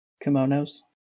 kimonos